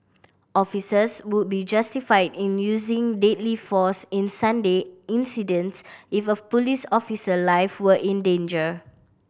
officers would be justified in using deadly force in Sunday incidents if a police officer life were in danger